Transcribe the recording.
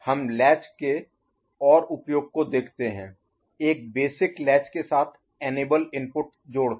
हम लैच के और उपयोग को देखते हैं एक बेसिक लैच के साथ इनेबल इनपुट जोड़ कर